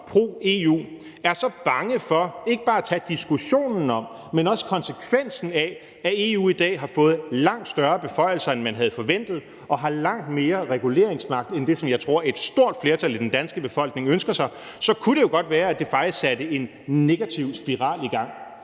pro-EU, er så bange for ikke bare at tage diskussionen om, men også konsekvensen af, at EU i dag har fået langt større beføjelser, end man havde forventet, og har langt mere reguleringsmagt end det, som jeg tror et stort flertal i den danske befolkning ønsker sig, så kunne det jo godt være, at det faktisk satte en negativ spiral i gang.